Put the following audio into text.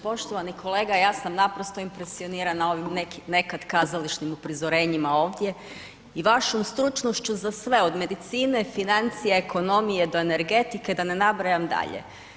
Poštovani kolega, ja sam naprosto impresionirana ovim nekim nekad kazališnim uprizorenjima ovdje i vašom stručnošću za sve, od medicine, financija, ekonomije do energetike, da ne nabrajam dalje.